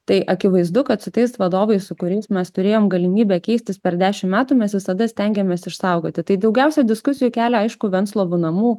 tai akivaizdu kad su tais vadovais su kuriais mes turėjom galimybę keistis per dešim metų mes visada stengiamės išsaugoti tai daugiausia diskusijų kelia aišku venclovų namų